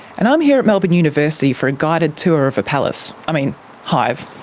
and i'm here at melbourne university for a guided tour of a palace, i mean hive.